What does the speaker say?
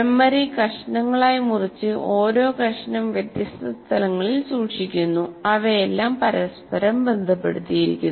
memory കഷണങ്ങളായി മുറിച്ച് ഓരോ കഷണം വ്യത്യസ്ത സ്ഥലങ്ങളിൽ സൂക്ഷിക്കുന്നു അവയെല്ലാം പരസ്പരം ബന്ധപ്പെടുത്തിയിരിക്കുന്നു